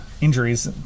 injuries